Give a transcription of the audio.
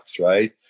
right